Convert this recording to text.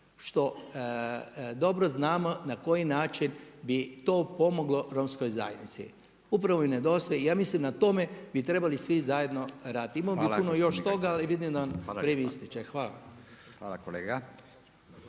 što dobro znamo na koji način bi to pomoglo romskoj zajednici. Upravo … i ja mislim na tome bi trebali svi zajedno raditi. Imao bi puno još toga, ali vidim da vrijeme ističe. Hvala. **Radin,